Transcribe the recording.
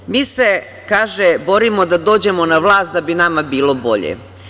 Kaže - mi se borimo da dođemo na vlast da bi nama bilo bolje.